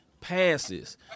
passes